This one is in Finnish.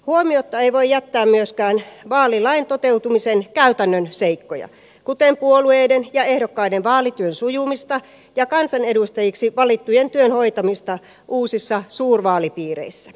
huomiotta ei voi jättää myöskään vaalilain toteutumisen käytännön seikkoja kuten puolueiden ja ehdokkaiden vaalityön sujumista ja kansanedustajiksi valittujen työn hoitamista uusissa suurvaalipiireissä